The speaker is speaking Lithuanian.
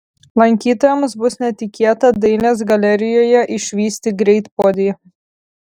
lankytojams bus netikėta dailės galerijoje išvysti greitpuodį